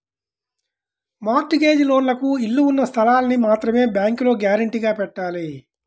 mart gauge లోన్లకు ఇళ్ళు ఉన్న స్థలాల్ని మాత్రమే బ్యేంకులో గ్యారంటీగా పెట్టాలి